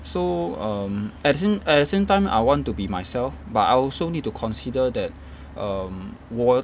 so um at the same at the same time I want to be myself but I also need to consider that um 我